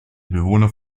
bewohner